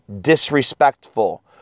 disrespectful